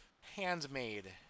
Handmade